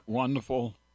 wonderful